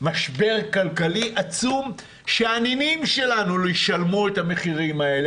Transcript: משבר כלכלי עצום שהנינים שלנו ישלמו את המחירים אלה,